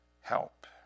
help